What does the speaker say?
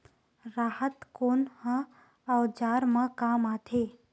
राहत कोन ह औजार मा काम आथे?